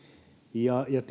ja